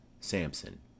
Samson